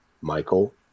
Michael